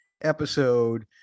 episode